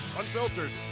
unfiltered